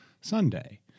Sunday